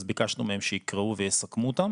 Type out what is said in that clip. אז ביקשנו מהם שיקראו ויסכמו אותם.